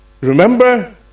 Remember